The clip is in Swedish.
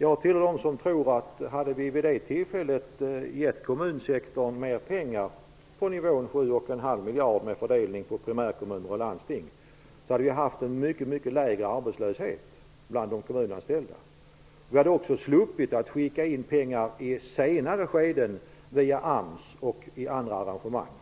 Jag tillhör dem som tror att hade vi vid det tillfället givit kommunsektorn mer pengar på nivån 7,5 miljarder kronor med fördelning på primärkommuner och landsting, hade vi i dag haft en mycket lägre arbetslöshet bland de kommunanställda. Vi hade också sluppit att skicka in pengar i ett senare skede via AMS och via andra arrangemang.